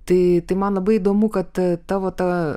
tai tai man labai įdomu kad tavo ta